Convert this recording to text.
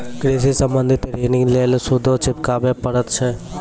कृषि संबंधी ॠण के लेल सूदो चुकावे पड़त छै?